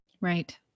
Right